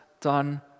done